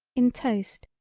in toast,